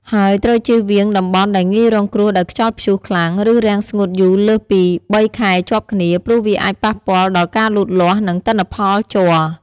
ហើយត្រូវចៀសវាងតំបន់ដែលងាយរងគ្រោះដោយខ្យល់ព្យុះខ្លាំង ឬរាំងស្ងួតយូរលើសពី ៣ ខែជាប់គ្នា ព្រោះវាអាចប៉ះពាល់ដល់ការលូតលាស់ និងទិន្នផលជ័រ។